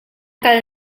kal